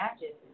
matches